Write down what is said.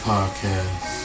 Podcast